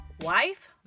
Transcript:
wife